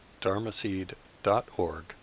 dharmaseed.org